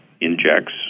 injects